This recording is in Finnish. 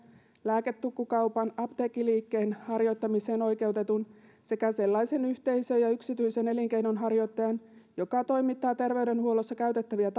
lääketukkukaupan apteekkiliikkeen harjoittamiseen oikeutetun sekä sellaisen yhteisön ja yksityisen elinkeinonharjoittajan joka toimittaa terveydenhuollossa käytettäviä